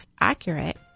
accurate